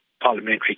parliamentary